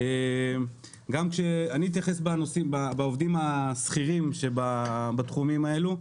אתייחס לעובדים השכירים בתחומים האלה.